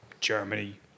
Germany